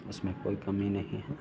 इसमें कोई कमी नहीं है